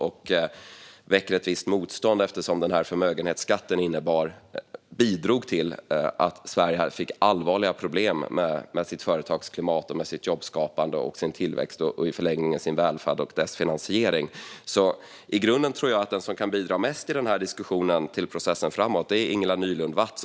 Det väcker ett visst motstånd. Förmögenhetsskatten bidrog till att Sverige fick allvarliga problem med företagsklimatet, jobbskapandet, tillväxten och i förlängningen välfärden och dess finansiering. Jag tror att den som kan bidra mest till att föra diskussionen och processen framåt är Ingela Nylund Watz.